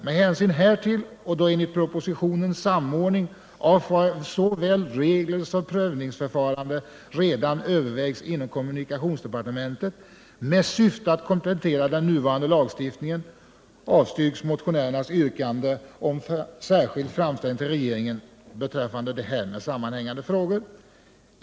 Med hänsyn härtill och då enligt propositionen samordning av såväl regler som prövningsförfarande redan övervägs inom kommunikationsdepartementet med syfte att komplettera den nuvarande lagstiftningen avstyrks motionärernas yrkande om särskild framställning till regeringen beträffande härmed sammanhängande frågor.